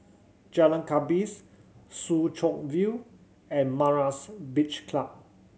Jalan Gapis Soo Chow View and Myra's Beach Club